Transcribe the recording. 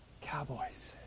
cowboys